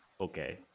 Okay